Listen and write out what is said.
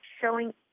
showing